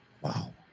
wow